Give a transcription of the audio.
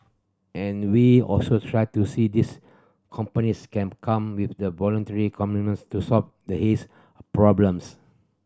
and we'll also try to see these companies can come with the voluntary commitments to solve the haze problems